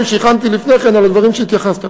שהכנתי לפני כן על הדברים שהתייחסת אליהם.